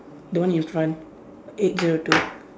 the one in front eight zero two